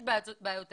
יש בעיות תקציביות,